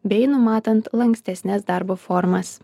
bei numatant lankstesnes darbo formas